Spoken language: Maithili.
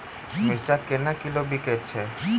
मिर्चा केना किलो बिकइ छैय?